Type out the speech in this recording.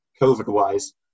COVID-wise